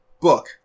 book